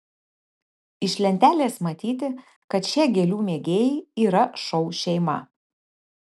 iš lentelės matyti kad šie gėlių mėgėjai yra šou šeima